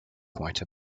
quite